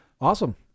Awesome